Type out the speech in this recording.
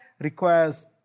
requires